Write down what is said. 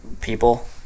people